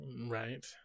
Right